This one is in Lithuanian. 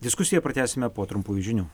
diskusiją pratęsime po trumpųjų žinių